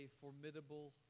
formidable